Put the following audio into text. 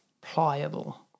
pliable